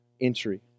entry